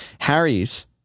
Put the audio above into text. Harry's